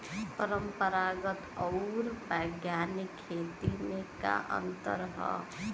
परंपरागत आऊर वैज्ञानिक खेती में का अंतर ह?